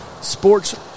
sports